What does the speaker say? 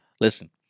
Listen